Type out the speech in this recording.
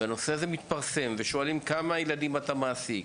הנושא הזה מתפרסם ושואלים: ״כמה ילדים אתה מעסיק?